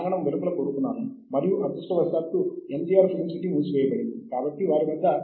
ఇన్స్పెక్ మరియు కామ్పేడెక్స్ ఇలాంటి డేటాబేస్ లు